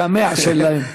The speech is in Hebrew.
הקמע שלהם.